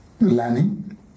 learning